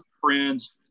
friends